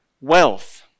wealth